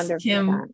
Kim